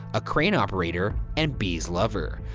a crane operator and bee's lover.